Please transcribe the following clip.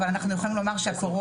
אבל אנחנו יכולים לומר שהקורונה,